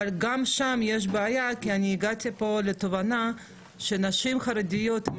אבל גם שם יש בעיה כי אני הגעתי פה לתובנה שנשים חרדיות עם